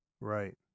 Right